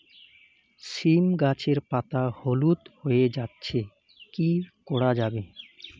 সীম গাছের পাতা হলুদ হয়ে যাচ্ছে কি করা যাবে?